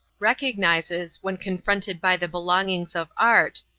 recognizes, when confronted by the belongings of art,